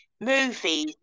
movies